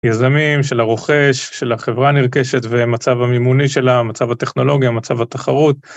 יזמים של הרוכש, של החברה הנרכשת ומצב המימוני שלה, מצב הטכנולוגיה, מצב התחרות.